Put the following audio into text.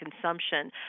consumption